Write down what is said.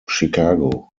chicago